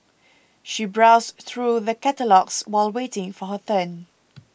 she browsed through the catalogues while waiting for her turn